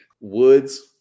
Woods